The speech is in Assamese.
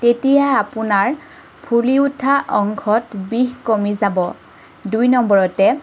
তেতিয়া আপোনাৰ ফুলি উঠা অংশত বিষ কমি যাব দুই নম্বৰতে